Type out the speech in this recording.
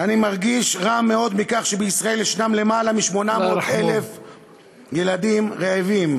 אני מרגיש רע מאוד מכך שבישראל יש יותר מ-800,000 ילדים רעבים.